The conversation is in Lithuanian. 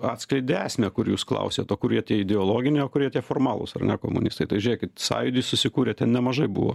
atskleidė esmę kur jūs klausėt o kurie tie ideologiniai o kurie tie formalūs ar ne komunistai tai žiūrėkit sąjūdis susikūrė ten nemažai buvo